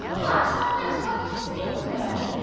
ah! toinette, what are you saying there?